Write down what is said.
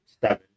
seven